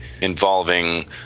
involving